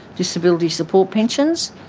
disability support pensions.